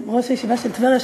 ראש הישיבה של טבריה,